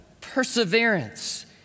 perseverance